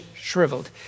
shriveled